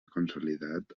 consolidat